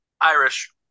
Irish